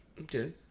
Okay